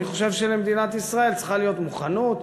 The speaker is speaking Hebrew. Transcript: שלמדינת ישראל צריכה להיות מוכנות,